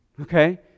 Okay